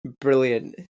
Brilliant